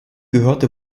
gehörte